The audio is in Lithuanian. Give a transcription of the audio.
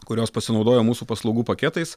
kurios pasinaudojo mūsų paslaugų paketais